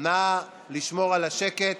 נא לשמור על השקט.